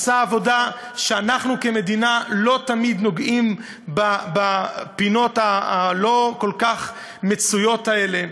עשה עבודה שאנחנו כמדינה לא תמיד נוגעים בפינות הלא-כל-כך מצויות האלה.